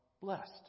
blessed